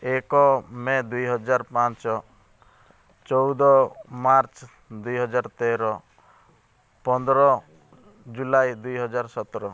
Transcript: ଏକ ମେ ଦୁଇ ହଜାର ପାଞ୍ଚ ଚଉଦ ମାର୍ଚ୍ଚ ଦୁଇ ହଜାର ତେର ପନ୍ଦର ଜୁଲାଇ ଦୁଇ ହଜାର ସତର